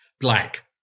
Black